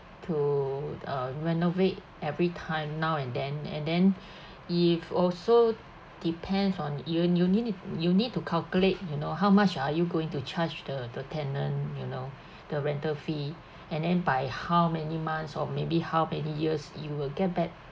to uh renovate every time now and then and then it also depends on you you need it you need to calculate you know how much are you going to charge the the tenant you know the rental fee and then by how many months or maybe how many years you will get back